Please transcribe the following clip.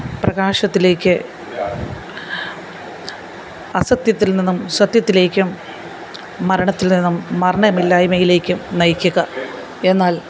പ്രകാശത്തിലേക്ക് അസത്യത്തില് നിന്നും സത്യത്തിലേക്കും മരണത്തില് നിന്നും മരണമില്ലായ്മയിലേക്കും നയിക്കുക എന്നാല്